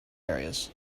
areas